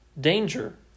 danger